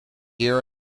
year